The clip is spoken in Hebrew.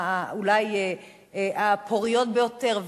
אולי הפוריות ביותר,